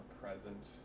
present